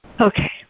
okay